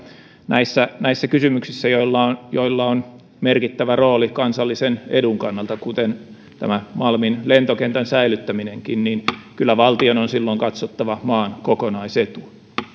näissä näissä kysymyksissä joilla on joilla on merkittävä rooli kansallisen edun kannalta kuten tämä malmin lentokentän säilyttäminenkin valtion on kyllä katsottava maan kokonaisetua